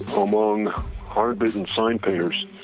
among hard-beaten sign painters,